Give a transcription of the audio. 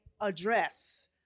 address